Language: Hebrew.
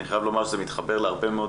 אני חייב לומר שזה מתחבר להרבה מאוד